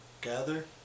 gather